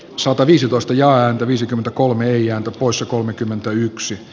sataviisitoista ja viisikymmentäkolme ja osa kolmekymmentäyksi